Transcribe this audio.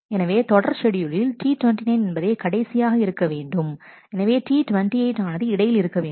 எனவே தொடர் ஷெட்யூலில் T29 என்பதை கடைசியாக இருக்க வேண்டும் எனவே T28 ஆனது இடையில் இருக்க வேண்டும்